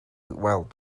gweld